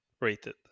rated